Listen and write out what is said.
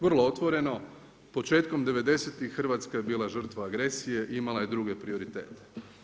Vrlo otvoreno, početkom '90-tih Hrvatska je bila žrtva agresije i imala je druge prioritete.